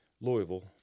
Louisville